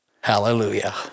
Hallelujah